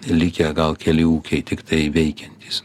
likę gal keli ūkiai tiktai veikiantys